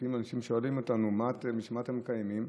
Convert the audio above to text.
לפעמים אנשים שואלים אותנו: בשביל מה אתם מקיימים?